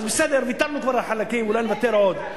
אז בסדר, ויתרנו כבר על חלקים, אולי נוותר עוד...